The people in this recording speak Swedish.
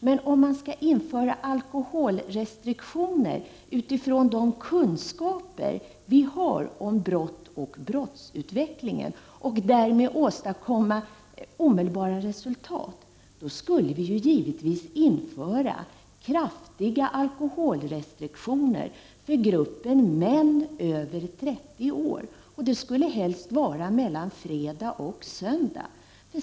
Men om man skall införa alkoholrestriktioner utifrån de kunskaper vi har om brott och brottsutvecklingen och därmed åstadkomma omedelbara resultat, då skulle vi givetvis införa kraftiga alkoholrestriktioner för gruppen män över 30 år. Dessa restriktioner skulle helst gälla mellan fredag och söndag.